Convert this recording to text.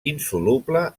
insoluble